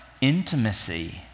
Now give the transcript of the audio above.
Intimacy